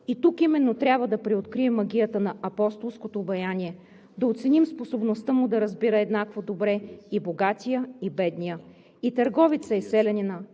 И тук именно трябва да преоткрием магията на Апостолското обаяние, да оценим способността му да разбира еднакво добре и богатия и бедния, и търговеца и селянина,